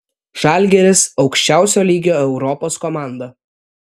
žalgiris aukščiausio lygio europos komanda